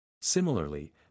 Similarly